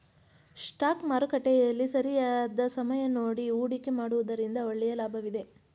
stock ಮಾರುಕಟ್ಟೆಯಲ್ಲಿ ಸರಿಯಾದ ಸಮಯ ನೋಡಿ ಹೂಡಿಕೆ ಮಾಡುವುದರಿಂದ ಒಳ್ಳೆಯ ಲಾಭವಿದೆ